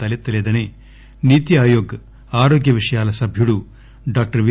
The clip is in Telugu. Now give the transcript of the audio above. తలెత్తలేదని నీతి ఆయోగ్ ఆరోగ్య విషయాల సభ్యుడు డాక్టర్ వి